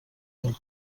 del